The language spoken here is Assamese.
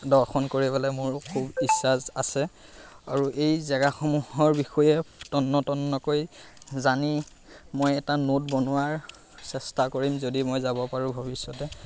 দৰ্শন কৰিবলৈ মোৰ খুব ইচ্ছা আছে আৰু এই জেগাসমূহৰ বিষয়ে তন্নতন্নকৈ জানি মই এটা নোট বনোৱাৰ চেষ্টা কৰিম যদি মই যাব পাৰোঁ ভৱিষ্যতে